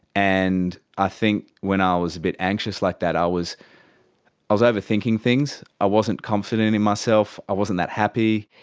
and i think when i was a bit anxious like that i was i was overthinking things, i wasn't confident in myself, i wasn't that happy.